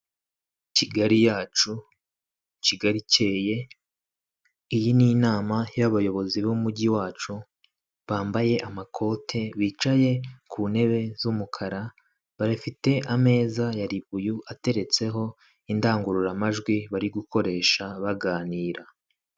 Kigali yacu Kigali ikeye, iyi ni inama y'abayobozi b'umujyi wacu bambaye amakote bicaye ku ntebe z'umukara, bafite ameza ya ribuyu ateretseho indangururamajwi bari gukoresha baganira.